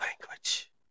language